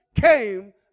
came